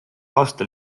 aastal